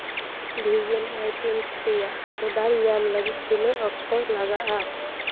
ᱵᱷᱮᱜᱮᱱ items ᱨᱮᱭᱟᱜ order ᱧᱟᱢ ᱞᱟᱹᱜᱤᱫ ᱛᱤᱱᱟᱹᱜ ᱚᱠᱛᱚ ᱞᱟᱜᱟᱜᱼᱟ